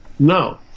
No